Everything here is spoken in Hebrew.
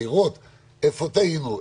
בשביל לראות איפה טעינו,